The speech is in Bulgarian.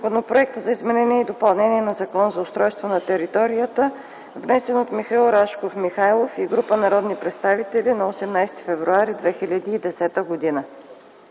Законопроект за изменение и допълнение на Закона за устройство на територията, внесен от Михаил Рашков Михайлов и група народни представители на 18 февруари 2010 г.